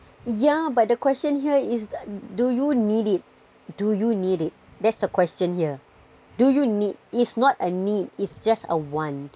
yeah but the question here is do you need it do you need it that's the question here do you need it's not a need it's just a want